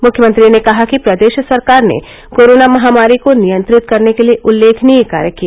मुख्यमंत्री ने कहा कि प्रदेश सरकार ने कोरोना महामारी को नियंत्रित करने के लिए उल्लेखनीय कार्य किए